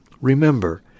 Remember